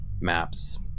maps